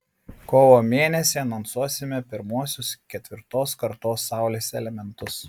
kovo mėnesį anonsuosime pirmuosius ketvirtos kartos saulės elementus